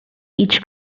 each